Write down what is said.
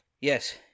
Yes